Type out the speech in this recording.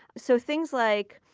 so things like,